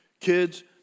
Kids